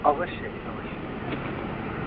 अवश्यै अवश्यै